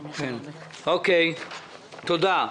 תודה.